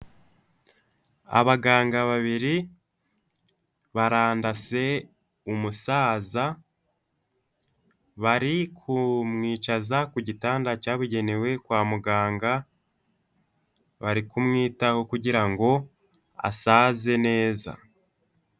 Abaganga babiri barandase umusaza barikumwicaza ku gitanda cyabugenewe kwa muganga bari kumwitaho kugira asaze neza.